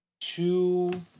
two